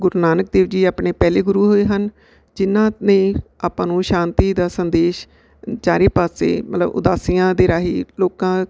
ਗੁਰੂ ਨਾਨਕ ਦੇਵ ਜੀ ਆਪਣੇ ਪਹਿਲੇ ਗੁਰੂ ਹੋਏ ਹਨ ਜਿਹਨਾਂ ਨੇ ਆਪਾਂ ਨੂੰ ਸ਼ਾਂਤੀ ਦਾ ਸੰਦੇਸ਼ ਚਾਰੇ ਪਾਸੇ ਮਤਲਬ ਉਦਾਸੀਆਂ ਦੇ ਰਾਹੀ ਲੋਕਾਂ